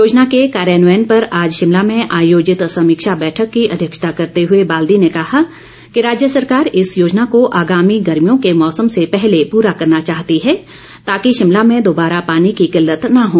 योजना के कार्यान्वयन पर आज शिमला में आयोजित समीक्षा बैठक की अध्यक्षता करते हुए बाल्दी ने कहा कि राज्य सरकार इस योजना को आगामी गर्मियों के मौसम से पहले पूरा करना चाहती है ताकि शिमला में दोबारा पानी की किल्लत न हो